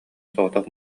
соҕотох